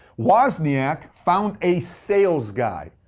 wozniak found a sales guy,